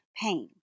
pain